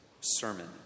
sermon